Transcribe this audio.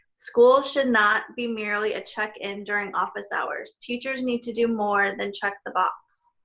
school should not be merely a check in during office hours. teachers need to do more than check the box.